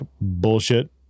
bullshit